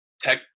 tech